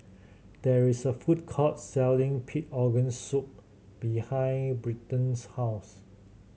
there is a food court selling pig organ soup behind Britton's house